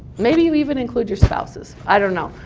maybe you even include your spouses, i don't know.